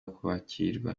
kubakirwa